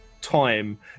time